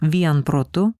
vien protu